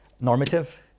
normative